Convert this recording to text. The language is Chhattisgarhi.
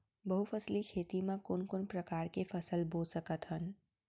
बहुफसली खेती मा कोन कोन प्रकार के फसल बो सकत हन?